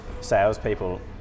salespeople